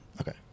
Okay